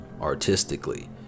artistically